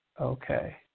Okay